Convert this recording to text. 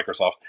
Microsoft